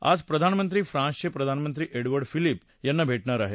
आज प्रधानमंत्री फ्रान्सचे प्रधानमंत्री एडवर्ड फिलिप यांना भेटणार आहेत